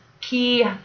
key